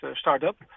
Startup